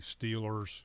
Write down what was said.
Steelers